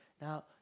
Now